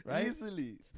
Easily